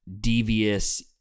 devious